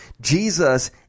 Jesus